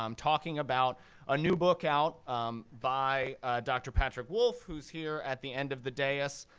um talking about a new book out by dr. patrick wolf, who's here at the end of the dais,